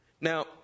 Now